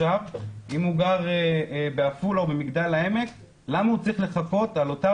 אם הוא גר בעפולה או במגדל העמק למה הוא צריך לחכות על אותה